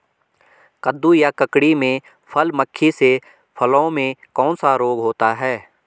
कद्दू या ककड़ी में फल मक्खी से फलों में कौन सा रोग होता है?